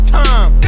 time